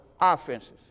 offenses